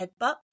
headbutt